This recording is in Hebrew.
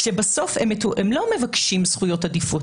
כשבסוף הם לא מבקשים זכויות עדיפות,